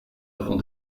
avant